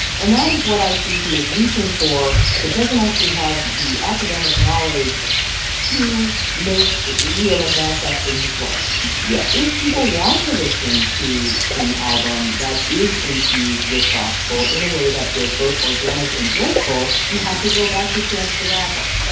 and that is what i see he is reaching for but doesn't actually have the academic knowledge to make real and manifest in his work yes if people want to listen to an album that is infused with gospel in a way that feels both organic and joyful, you have to go back to chance the rapper.